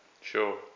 Sure